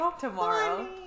tomorrow